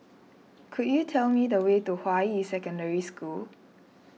could you tell me the way to Hua Yi Secondary School